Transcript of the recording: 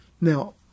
Now